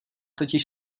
totiž